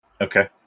Okay